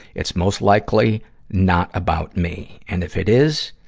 it's most likely not about me. and if it is,